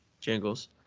Jingles